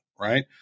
right